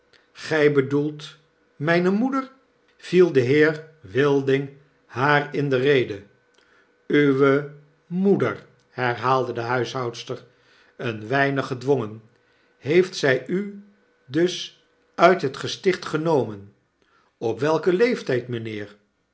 grjj bedoelt myne moeder viel de heer wilding haar in de rede uwe moeder herhaalde de huishoudster een weinig gedwongen heeft zyudusuithet gesticht genomen op welken leeftyd mynheer